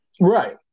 Right